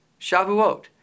Shavuot